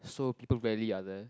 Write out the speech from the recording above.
so people rarely are there